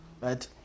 Right